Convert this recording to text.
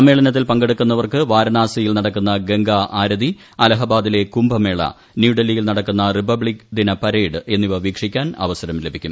സമ്മേളനത്തിൽ പങ്കെടുക്കുന്നവർക്ക് വാരാണസിയിൽ നടക്കുന്ന ഗംഗാ ആരതി അലഹബാദിലെ കുംഭമേള ന്യൂഡൽഹിയിൽ നടക്കുന്ന റിപ്പബ്ലിക് ദിന പരേഡ് എന്നിവ വീക്ഷിക്കാൻ അവസരം ലഭിക്കും